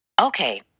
Okay